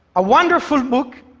a wonderful book,